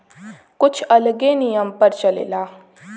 कुछ अलगे नियम पर चलेला